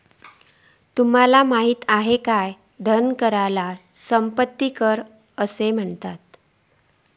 तुमका माहित असा काय धन कराक संपत्ती कर पण म्हणतत?